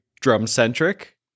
drum-centric